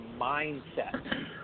mindset